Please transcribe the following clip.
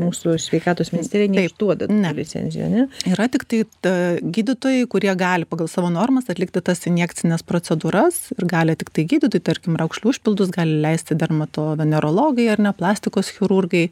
mūsų sveikatos ministerija neišduoda ne visi vieni yra tiktai ta gydytojai kurie gali pagal savo normas atlikti tas injekcines procedūras ir gali tiktai gydytojai tarkim raukšlių užpildus gali leisti dermatovenerologai ar ne plastikos chirurgai